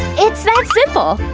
it's that simple!